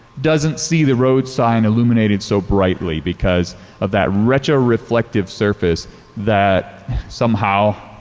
doesn't see the road sign illuminating so brightly because of that retroreflective surface that somehow